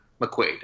McQuaid